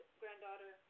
granddaughter